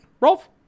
Rolf